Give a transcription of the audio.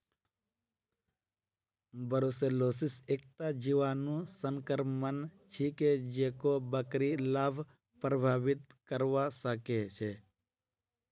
brucellosis एकता जीवाणु संक्रमण छिके जेको बकरि लाक प्रभावित करवा सकेछे